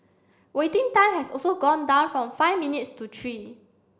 waiting time has also gone down from five minutes to three